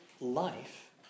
life